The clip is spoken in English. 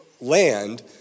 land